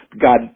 God